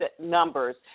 numbers